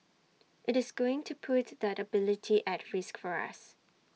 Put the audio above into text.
IT is going to put that ability at risk for us